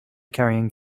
carrying